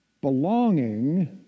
belonging